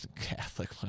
Catholic